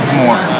more